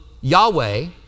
Yahweh